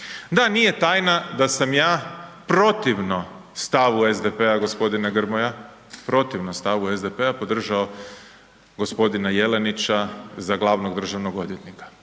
Da, nije tajna da sam ja protivno stavu SDP-a g. Grmoja, protivno stavu SDP-a podržao g. Jelenića za glavnog državnog odvjetnika